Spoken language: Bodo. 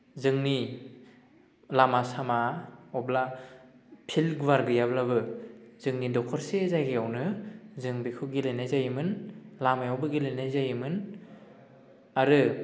जोंनि लामा सामा अब्ला फिल्ड गुवार गैयाब्लाबो जोंनि दखरसे जायगायावनो जों बेखौ गेलेनाय जायोमोन लामायावबो गेलेनाय जायोमोन आरो